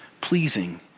pleasing